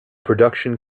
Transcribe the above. production